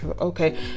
Okay